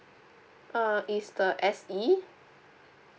uh is the S E